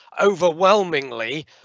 overwhelmingly